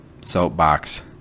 soapbox